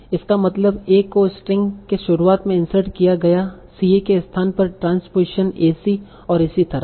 इसका मतलब a को स्ट्रिंग के शुरुआत में इन्सर्ट किया गया ca के स्थान पर ट्रांसपोज़ेशन ac और इसी तरह से